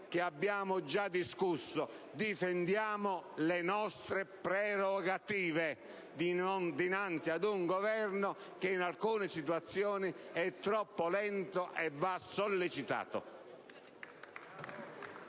che abbiamo già discusso. Vi esorto a difendere le nostre prerogative dinanzi ad un Governo che in alcune situazioni è troppo lento e va sollecitato.